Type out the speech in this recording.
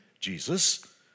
Jesus